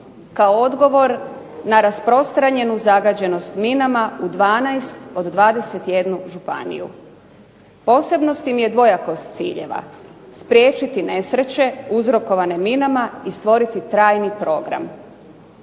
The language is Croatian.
kao odgovor na rasprostranjenu zagađenost minama u 12 od 21 županiju. Posebnost im je dvojakost ciljeva, spriječiti nesreće uzrokovane minama i stvoriti trajni program.